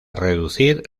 reducir